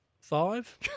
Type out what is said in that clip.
Five